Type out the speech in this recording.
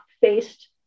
faced